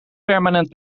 permanent